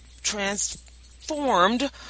transformed